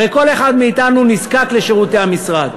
הרי כל אחד מאתנו נזקק לשירותי המשרד.